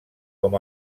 com